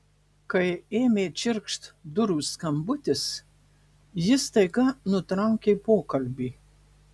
kai ėmė čirkšt durų skambutis ji staiga nutraukė pokalbį